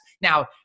Now